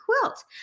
quilt